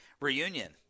reunion